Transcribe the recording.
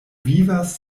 vivas